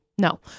No